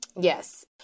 Yes